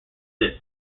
this